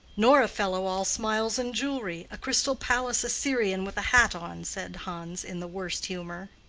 nor a fellow all smiles and jewelry a crystal palace assyrian with a hat on, said hans, in the worst humor.